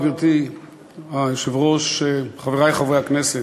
גברתי היושבת-ראש, חברי חברי הכנסת,